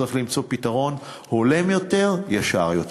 צריך למצוא פתרון הולם יותר, ישר יותר.